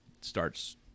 starts